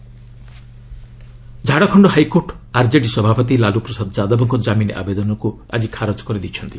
JH high court ଲାଲ୍ଟ Jharkhand high court RJD ସଭାପତି ଲାଲୁ ପ୍ରସାଦ ଯାଦବଙ୍କ ଜାମିନ୍ ଆବେଦନକୁ ଆଜି ଖାରଜ କରିଦେଇଛନ୍ତି